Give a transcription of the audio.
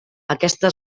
aquesta